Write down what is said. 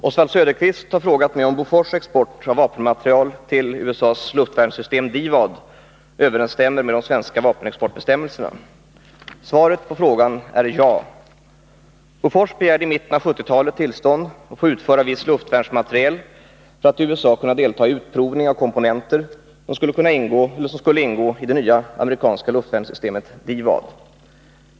Fru talman! Oswald Söderqvist har frågat mig om Bofors export av vapenmateriel till USA:s luftvärnssystem DIVAD överensstämmer med de svenska vapenexportbestämmelserna. Svaret på frågan är ja. AB Bofors begärde i mitten av 1970-talet tillstånd att få utföra viss luftvärnsmateriel för att i USA kunna delta i utprovning av komponenter som skulle ingå i det nya amerikanska luftvärnssystemet DIVAD.